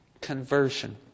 Conversion